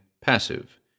passive